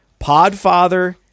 Podfather